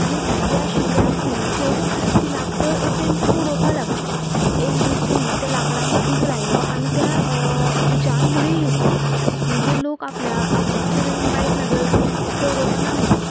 आनी लागी आशिल्ल्या खणीचेर ती लाकूड एकठांय करून उडोवपाक लागली एक दीस तिणें त्या लाकडांक उजो लायलो आनी त्या उजांत उडी घेतली म्हणजे लोक आपल्या आपल्याचेर वायट नदर दवरपा ना म्हणून